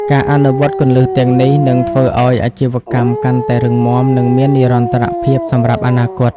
ការអនុវត្តគន្លឹះទាំងនេះនឹងធ្វើឱ្យអាជីវកម្មកាន់តែរឹងមាំ និងមាននិរន្តរភាពសម្រាប់អនាគត។